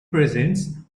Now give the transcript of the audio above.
presents